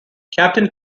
captain